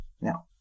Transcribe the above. Now